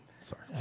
Sorry